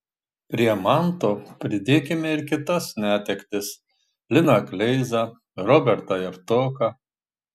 prie manto pridėkime ir kitas netektis liną kleizą robertą javtoką